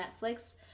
Netflix